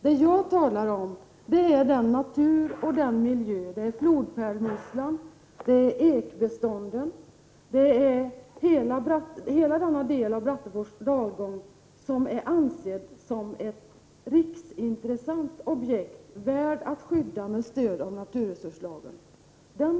Det som jag talar om är den natur och den miljö med flodpärlmusslor och ekbestånd, hela denna del av Brattefors dalgång, som anses vara ett riksintressant objekt, värt att skydda med stöd av naturresurslagen.